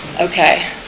Okay